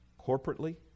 corporately